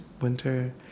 winter